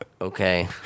Okay